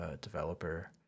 developer